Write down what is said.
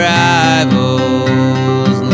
rivals